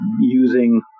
using